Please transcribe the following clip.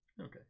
Okay